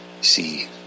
see